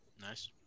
Nice